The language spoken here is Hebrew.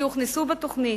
שהוכנסו בתוכנית,